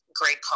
great